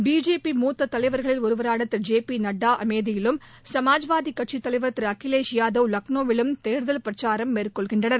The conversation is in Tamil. பிஜேபி மூத்த தலைவர்களில் ஒருவரான திரு ஜே பி நட்டா அமேதியிலும் சமாஜ்வாதி கட்சி தலைவர் திரு அகிலேஷ் யாதவ் லக்னோவிலும் தேர்தல் பிரச்சாரம் மேற்கொள்கின்றனர்